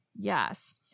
Yes